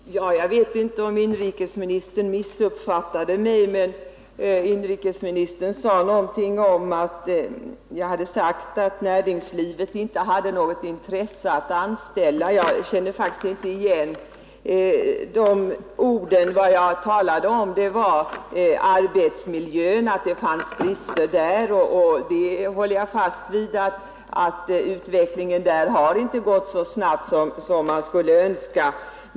Herr talman! Jag vet inte om inrikesministern hade missuppfattat mig när han framhöll, att jag hade sagt att näringslivet inte hade något intresse av att anställa ungdomar. Vad jag talade om var att det finns brister i arbetsmiljön, och jag håller fast vid att utvecklingen där inte har gått så snabbt som man skulle önska.